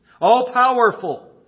All-powerful